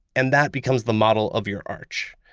and that becomes the model of your arch.